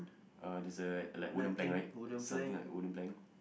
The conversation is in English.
uh there's a like wooden plank right something like wooden plank